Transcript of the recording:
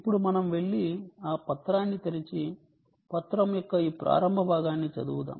ఇప్పుడు మనం వెళ్లి ఆ పత్రాన్ని తెరిచి పత్రం యొక్క ఈ ప్రారంభ భాగాన్ని చదువుదాం